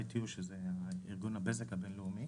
וה- ITU שזה ארגון הבזק הבין לאומי